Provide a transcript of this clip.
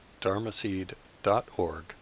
dharmaseed.org